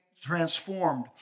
transformed